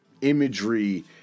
imagery